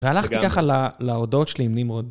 והלכתי ככה להודעות שלי עם נמרוד.